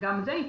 גם זה ייפסק.